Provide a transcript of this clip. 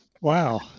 Wow